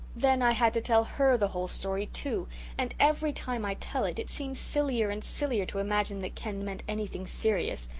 then i had to tell her the whole story, too and every time i tell it it seems sillier and sillier to imagine that ken meant anything serious.